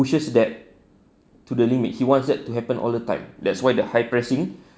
pushes that to the limit he wants that to happen all the time that's why the high pressing